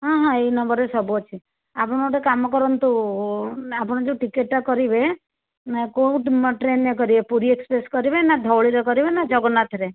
ହଁ ହଁ ଏଇ ନମ୍ବରରେ ସବୁ ଅଛି ଆପଣ ଗୋଟିଏ କାମ କରନ୍ତୁ ଆପଣ ଯେଉଁ ଟିକେଟଟା କରିବେ କେଉଁ ଟ୍ରେନ ରେ କରିବେ ପୁରୀ ଏକ୍ସପ୍ରେସ ରେ ନା ଧଉଳି ରେ କରିବେ ନା ଜଗନ୍ନାଥରେ